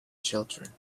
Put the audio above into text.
children